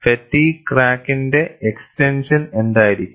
fatigue ക്രാക്കിന്റെ extension എന്തായിരിക്കണം